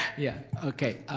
yeah. okay,